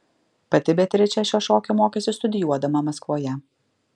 pati beatričė šio šokio mokėsi studijuodama maskvoje